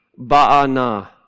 Baana